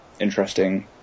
interesting